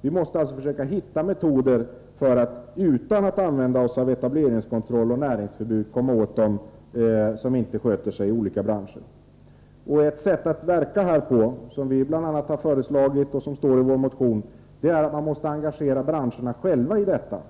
Vi måste alltså försöka hitta metoder för att — utan att använda oss av etableringskontroll och näringsförbud — komma åt dem som inte sköter sig i olika branscher. Ett sätt att verka på som är bland dem vi föreslagit och som finns i vår motion, är att engagera branscherna själva i detta arbete.